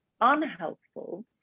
unhelpful